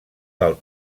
del